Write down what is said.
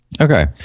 Okay